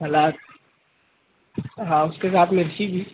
سلاد ہاں اُس کے ساتھ مرچی بھی